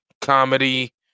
comedy